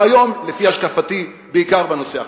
והיום, לפי השקפתי, בעיקר בנושא החברתי.